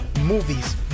movies